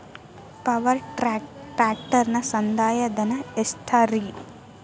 Power track ಟ್ರ್ಯಾಕ್ಟರನ ಸಂದಾಯ ಧನ ಎಷ್ಟ್ ರಿ?